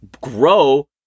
grow